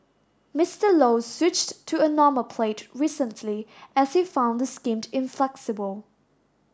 Mister Low switched to a normal plate recently as he found the scheme inflexible